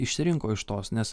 išsirinko iš tos nes